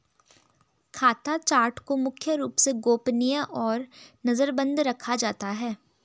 खाता चार्ट को मुख्य रूप से गोपनीय और नजरबन्द रखा जाता है